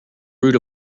root